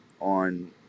on